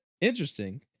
interesting